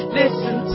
listen